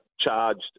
charged